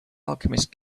alchemist